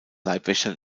leibwächter